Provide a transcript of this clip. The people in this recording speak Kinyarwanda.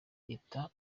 ita